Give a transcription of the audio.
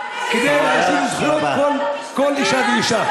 כדי להשיב זכויות לכל אישה ואישה.